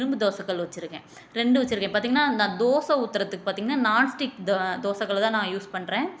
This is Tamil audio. இரும்பு தோசைக்கல் வச்சுருக்கேன் ரெண்டு வச்சுருக்கேன் பார்த்தீங்கன்னா நான் தோசை ஊற்றறதுக்கு பார்த்தீங்கன்னா நான்ஸ்டிக் தோ தோசைக்கல்லை தான் நான் யூஸ் பண்ணுறேன்